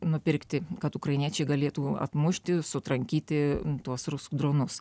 nupirkti kad ukrainiečiai galėtų atmušti sutrankyti tuos rusų dronus